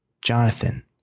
Jonathan